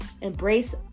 embrace